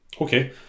Okay